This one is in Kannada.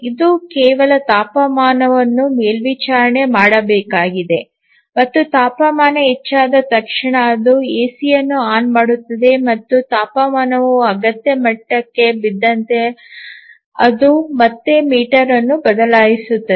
ಇದು ಕೇವಲ ತಾಪಮಾನವನ್ನು ಮೇಲ್ವಿಚಾರಣೆ ಮಾಡಬೇಕಾಗಿದೆ ಮತ್ತು ತಾಪಮಾನ ಹೆಚ್ಚಾದ ತಕ್ಷಣ ಅದು ಎಸಿಯನ್ನು ಆನ್ ಮಾಡುತ್ತದೆ ಮತ್ತು ತಾಪಮಾನವು ಅಗತ್ಯ ಮಟ್ಟಕ್ಕೆ ಬಿದ್ದಂತೆ ಅದು ಮತ್ತೆ ಮೋಟರ್ ಅನ್ನು ಬದಲಾಯಿಸುತ್ತದೆ